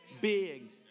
big